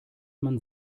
man